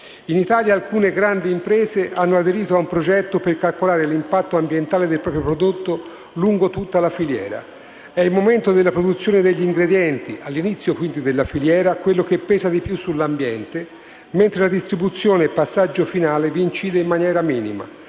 In Italia alcune grandi imprese hanno aderito a un progetto per calcolare l'impatto ambientale del proprio prodotto lungo tutta la filiera. È il momento della produzione degli ingredienti, all'inizio quindi della filiera, quello che pesa di più sull'ambiente, mentre la distribuzione, passaggio finale, vi incide in maniera minima.